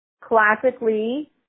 Classically